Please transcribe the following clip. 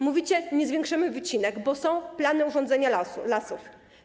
Mówicie: Nie zwiększymy wycinek, bo są plany urządzania lasów.